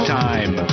time